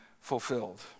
fulfilled